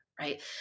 right